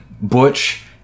Butch